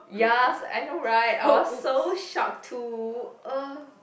yes I know right I was so shocked too uh